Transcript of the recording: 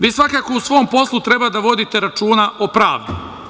Vi svakako u svom poslu treba da vodite računa o pravdi.